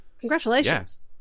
congratulations